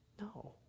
No